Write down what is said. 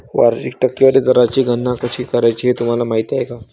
वार्षिक टक्केवारी दराची गणना कशी करायची हे तुम्हाला माहिती आहे का?